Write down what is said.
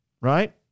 Right